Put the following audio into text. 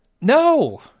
No